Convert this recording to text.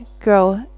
grow